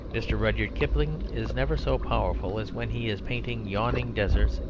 mr. rudyard kipling is never so powerful as when he is painting yawning deserts,